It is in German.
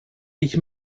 ich